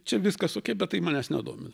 čia viskas bet tai manęs nedomina